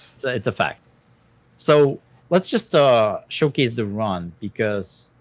it's its a fact so let's just ah showcase the run because